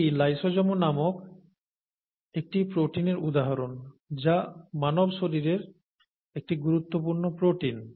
এটি লাইসোজোম নামক একটি প্রোটিনের উদাহরণ যা মানব শরীরের একটি গুরুত্বপূর্ণ প্রোটিন